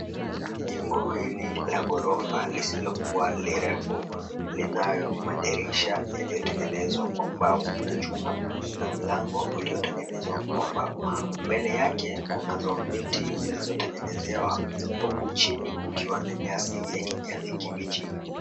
Jengo hili la ghorofa lisilokuwa lirefu linayo madirisha yaliyotengenezwa kwa mbao na chuma na mlango uliotengenezwa kwa mbao. Mbele yake kunazo miti zilizotengenezewa huku chini kukiwa na nyasi ya kijani kibichi.